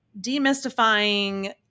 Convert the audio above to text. demystifying